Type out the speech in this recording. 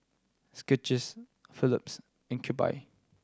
Skechers Phillips and Cube I